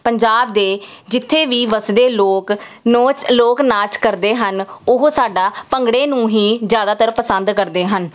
ਪੰਜਾਬ ਦੇ ਜਿੱਥੇ ਵੀ ਵੱਸਦੇ ਲੋਕ ਨੋਚ ਲੋਕ ਨਾਚ ਕਰਦੇ ਹਨ ਉਹ ਸਾਡਾ ਭੰਗੜੇ ਨੂੰ ਹੀ ਜ਼ਿਆਦਾਤਰ ਪਸੰਦ ਕਰਦੇ ਹਨ